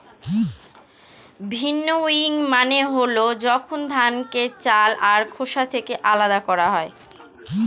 ভিন্নউইং মানে হল যখন ধানকে চাল আর খোসা থেকে আলাদা করা হয়